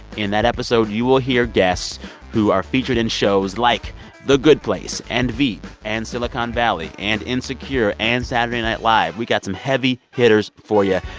in that episode, you will hear guests who are featured in shows like the good place and veep and silicon valley and insecure and saturday night live. we've got some heavy hitters for you,